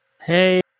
Hey